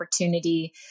opportunity